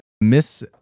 Miss